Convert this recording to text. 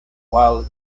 while